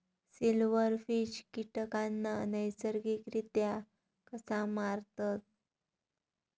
Silverfish कीटकांना नैसर्गिकरित्या कसा मारतत?